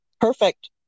Perfect